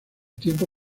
tiempo